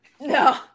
No